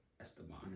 Esteban